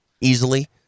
easily